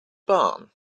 barn